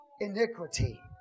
iniquity